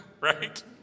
right